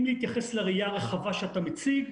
אם נתייחס לראייה הרחבה שאתה מציג,